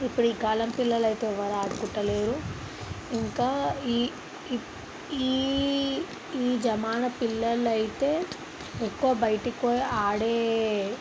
ఇప్పుడు ఈ కాలం పిల్లలు అయితే ఎవరు ఆడుకుంటలేరు ఇంకా ఈ ఇప్ ఈ ఈ జమాన పిల్లలైతే ఎక్కువ బయటికి పోయే ఆడే